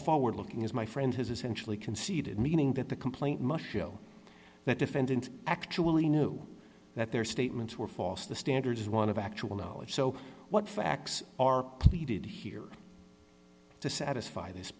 forward looking as my friend has essentially conceded meaning that the complaint must show that defendant actually knew that their statements were false the standard is one of actual knowledge so what facts are needed here to satisfy this